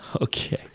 Okay